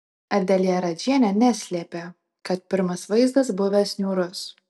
adelija radžienė neslėpė kad pirmas vaizdas buvęs niūrus